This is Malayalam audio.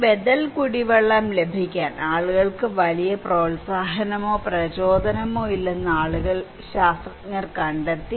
ഈ ബദൽ കുടിവെള്ളം ലഭിക്കാൻ ആളുകൾക്ക് വലിയ പ്രോത്സാഹനമോ പ്രചോദനമോ ഇല്ലെന്ന് ശാസ്ത്രജ്ഞർ കണ്ടെത്തി